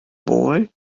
boy